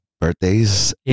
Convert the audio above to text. birthdays